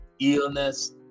illness